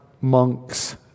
monks